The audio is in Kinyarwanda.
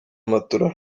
matola